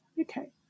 Okay